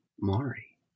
Mari